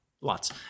Lots